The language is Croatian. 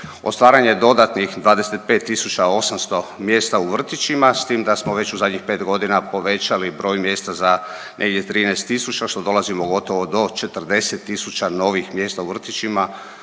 ostvaranje dodatnih 25800 mjesta u vrtićima s tim da smo već u zadnjih pet godina povećali broj mjesta za negdje 13000 što dolazimo gotovo do 40000 novih mjesta u vrtićima